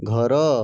ଘର